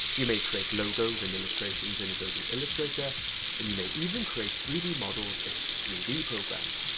you may create logos and illustrations in adobe illustrator and you may even create three d models in three d programs.